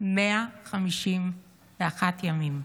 151 ימים.